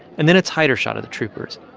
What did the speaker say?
and then a tighter shot of the troopers.